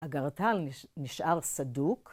האגרטל נשאר סדוק.